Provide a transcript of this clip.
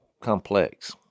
complex